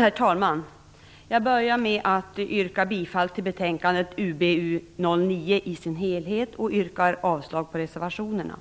Herr talman! Jag börjar med att yrka bifall till utskottets hemställan i betänkande UbU9 i dess helhet och avslag på reservationerna.